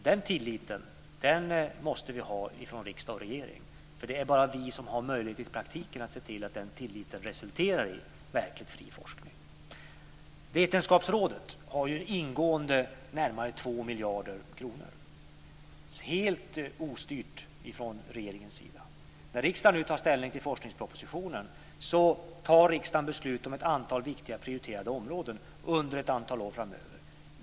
Den tilliten måste vi ha från riksdag och regering. Det är bara vi som har möjlighet att i praktiken se till att den tilliten resulterar i verkligt fri forskning. Vetenskapsrådet har ingående närmare 2 miljarder kronor, helt ostyrt från regeringens sida. När riksdagen nu tar ställning till forskningspropositionen fattar man beslut om ett antal viktiga prioriterade områden under ett antal år framöver.